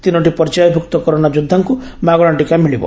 ତିନୋଟି ପର୍ଯ୍ୟାୟଭୁକ୍ତ କରୋନା ଯୋଦ୍ଧାଙ୍କ ମାଗଶା ଟୀକା ମିଳିବ